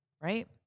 right